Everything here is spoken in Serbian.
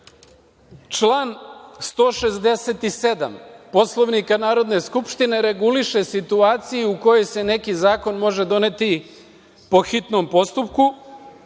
Član 167. Poslovnika Narodne skupštine reguliše situaciju u kojoj se neki zakon može doneti po hitnom postupku